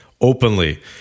openly